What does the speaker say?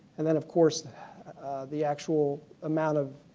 and then of course the actual amount of